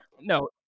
no